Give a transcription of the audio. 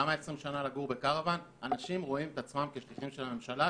גם 20 שנה לגור בקרוואן אנשים רואים את עצמם כשליחים של הממשלה,